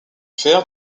fer